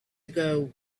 ago